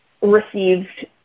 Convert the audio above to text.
received